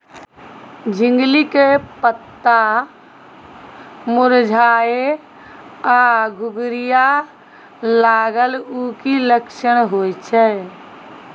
झिंगली के पत्ता मुरझाय आ घुघरीया लागल उ कि लक्षण होय छै?